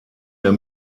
der